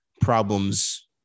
problems